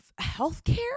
healthcare